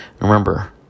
remember